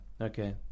Okay